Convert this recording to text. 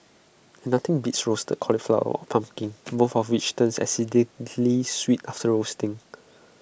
and nothing beats roasted cauliflower or pumpkin both of which turn exceedingly sweet after roasting